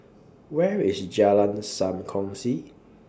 Where IS Jalan SAM Kongsi